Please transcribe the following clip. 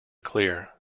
clear